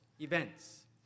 events